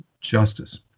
justice